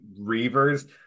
Reavers